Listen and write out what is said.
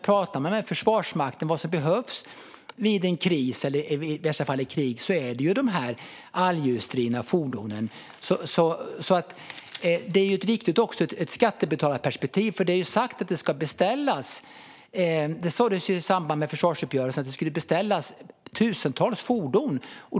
Pratar man med Försvarsmakten om vad som behövs vid en kris eller i värsta fall ett krig säger de att det är de här allhjulsdrivna fordonen. Det här är viktigt också ur ett skattebetalarperspektiv, för det sas ju i samband med försvarsuppgörelsen att det skulle beställas tusentals fordon.